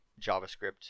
JavaScript